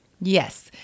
Yes